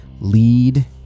lead